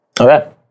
Okay